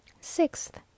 Sixth